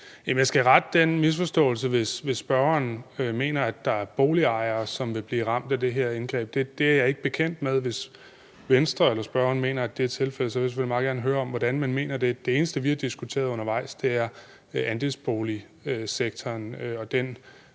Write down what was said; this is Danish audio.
Jeg skal rette den misforståelse, hvis spørgeren mener, at der er boligejere, som vil blive ramt af det her indgreb. Det er jeg ikke bekendt med. Hvis Venstre eller spørgeren mener, at det er tilfældet, så vil jeg selvfølgelig meget gerne høre om, hvordan man mener det. Det eneste, vi har diskuteret undervejs, er andelsboligsektoren